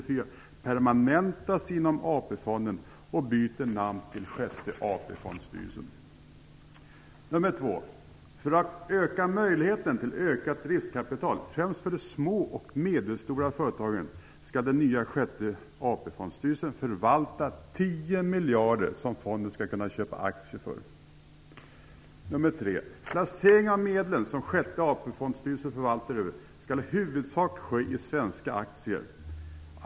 För att öka möjligheten till ökat riskkapital främst för de små och medelstora företagen skall den nya sjätte fondstyrelsen förvalta 10 miljarder, som fonden skall kunna köpa aktier för. 3. Placering av de medel som sjätte fondstyrelsen förvaltar skall i huvudsak ske i svenska aktier.